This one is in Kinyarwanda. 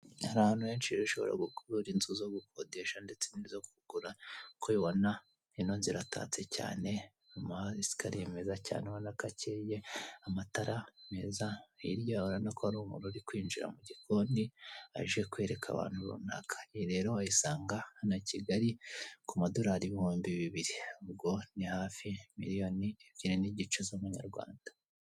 Hari ahantu henshi rero ushobora gukura inzu zo gukodesha ndetse nizokugura uko ubibona ino nzu iratatse cyane umuhasikariye meza cyane ubonako akeye, amatara meza hirya yaho urabona ko hari umuntu urikwinjira mu gikoni aje kwereka abantu runaka iyi rero wayisanga hano Kigali ku madorari ibihumbi bibiri ubwo nihafi miriyoni ebyiri n'igice z'amanyarwanda.